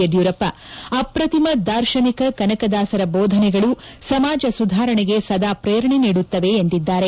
ಯಡಿಯೂರಪ್ಪ ಅಪ್ರತಿಮ ದಾರ್ಶನಿಕ ಕನಕದಾಸರ ಬೋಧನೆಗಳು ಸಮಾಜ ಸುಧಾರಣೆಗೆ ಸದಾ ಪ್ರೇರಣೆ ನೀಡುತ್ತವೆ ಎಂದಿದ್ದಾರೆ